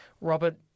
Robert